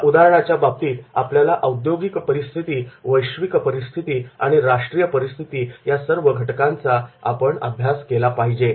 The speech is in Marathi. त्या उदाहरणाच्या बाबतीत आपल्याला औद्योगिक परिस्थिती वैश्विक परिस्थिती आणि राष्ट्रीय परिस्थिती या सर्व घटकांचा अभ्यास आपण केला पाहिजे